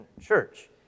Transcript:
Church